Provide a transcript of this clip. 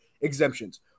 exemptions